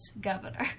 governor